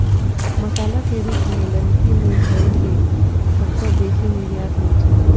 मसाला के रूप मे ललकी मिरचाइ के सबसं बेसी निर्यात होइ छै